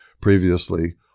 Previously